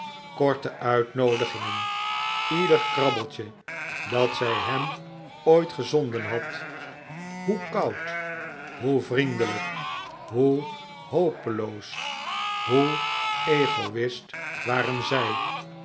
korte uitnoodigingen ieder krabbeltje dat zij hem ooit gezonden had hoe koud hoe vriendelijk hoe hopeloos hoe egoist waren zij